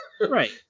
right